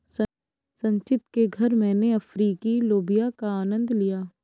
संचित के घर मैने अफ्रीकी लोबिया का आनंद लिया